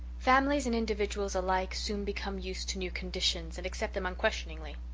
families and individuals alike soon become used to new conditions and accept them unquestioningly.